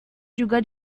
juga